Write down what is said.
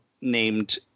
named